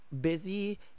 busy